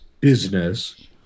business